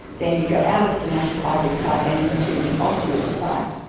then you go out of the national library site and into the auslit site.